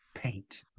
paint